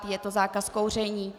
Je to zákaz kouření.